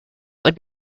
would